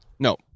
No